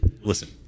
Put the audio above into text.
Listen